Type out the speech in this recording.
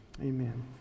Amen